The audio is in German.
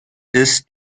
ist